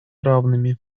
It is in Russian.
равными